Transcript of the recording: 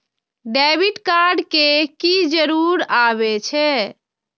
Debit card के की जरूर आवे छै?